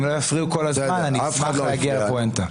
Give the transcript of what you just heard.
אם לא יפריעו כל הזמן אני אשמח להגיע לפואנטה.